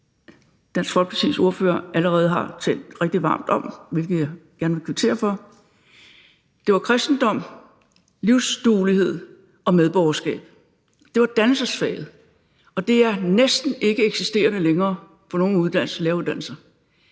som Dansk Folkepartis ordfører allerede har talt rigtig varmt om, hvilket jeg gerne vil kvittere for. Det var kristendom, livsoplysning og medborgerskab. Det var dannelsesfaget, og det er næsten ikkeeksisterende længere på nogen læreruddannelse.